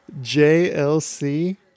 JLC